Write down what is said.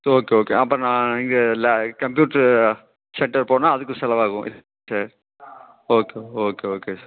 சரி okay okay அப்போ நான் இங்கே ல கம்ப்யூட்ரு சென்டர் போனால் அதுக்கு செலவாகும் okay okay okay okay sir